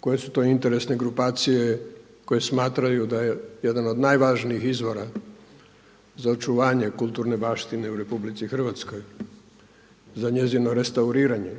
Koje su to interesne grupacije koje smatraju da je jedan od najvažnijih izvora za očuvanje kulturne baštine u RH za njezino restauriranje